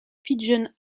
pigeon